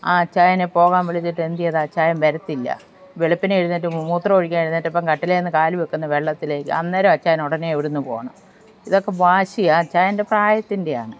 ആ അച്ചായനെ പോകാൻ വിളിച്ചിട്ട് എന്തു ചെയ്ത് അച്ചായൻ വരത്തില്ല വെളുപ്പിനെ എഴുന്നേറ്റ് മൂത്രം ഒഴിക്കാൻ എഴുന്നേറ്റപ്പോൾ കട്ടിലിൽ നിന്ന് കാലു വെക്കുന്നത് വെള്ളത്തിലേക്ക് അന്നേരം അച്ചായൻ ഉടനെ ഇവിടെ നിന്നു പോകണം ഇതൊക്കെ വാശിയാണ് അച്ചായൻ്റെ പ്രായത്തിൻ്റെ ആണ്